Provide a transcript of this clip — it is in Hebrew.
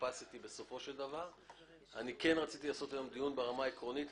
רציתי לעשות היום דיון ברמה העקרונית.